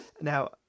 Now